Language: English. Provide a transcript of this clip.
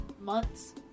months